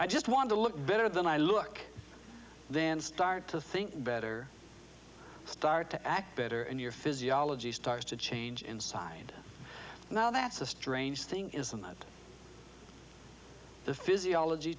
i just wanted to look better than i look then start to think better start to act better and your physiology starts to change inside now that's a strange thing isn't it the physiology